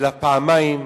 אלא פעמיים,